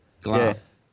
Glass